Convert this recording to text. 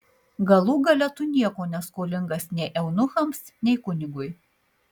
galų gale tu nieko neskolingas nei eunuchams nei kunigui